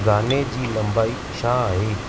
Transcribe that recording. गाने जी लंबाई छा आहे